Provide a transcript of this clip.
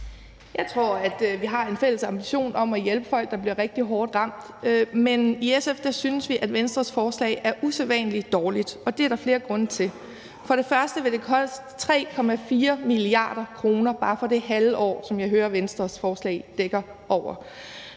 Jeg tror, at vi har en fælles ambition om at hjælpe folk, der bliver rigtig hårdt ramt. Men i SF synes vi, at Venstres forslag er usædvanlig dårligt, og det er der flere grunde til. For det første vil det koste 3,4 mia. kr. bare for det halve år, som jeg hører Venstres forslag dækker over.